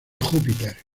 júpiter